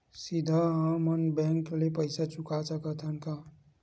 सीधा हम मन बैंक ले पईसा चुका सकत हन का?